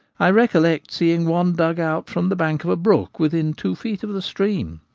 i collect seeing one dug out from the bank of a brook within two feet of the stream.